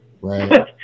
Right